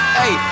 hey